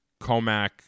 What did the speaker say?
Comac